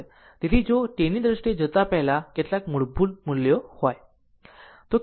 તેથી જો tની દ્રષ્ટિએ જતાં પહેલાં આવા કેટલાક મૂલ્યો હોય